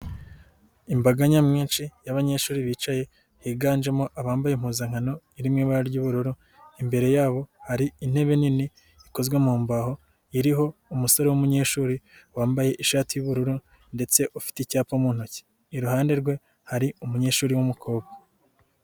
Imbaga nyamwinshi y'abanyeshuri bicaye higanjemo abambaye impuzankano iri mu ibara ry'ubururu, imbere yabo hari intebe nini ikozwe mu mbaho iriho umusore w'umunyeshuri wambaye ishati y'ubururu ndetse ufite icyapa mu ntoki, iruhande rwe hari umunyeshuri w'umukobwa.